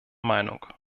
meinung